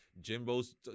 Jimbo's